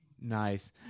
nice